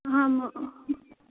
हां मग